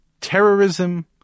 terrorism